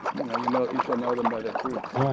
you know you know, you shall know them by their fruits. yeah